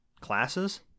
Classes